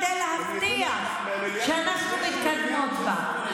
כדי להבטיח שאנחנו מתקדמות בה.